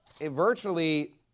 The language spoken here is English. virtually